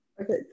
Okay